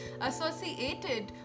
associated